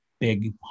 big